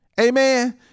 Amen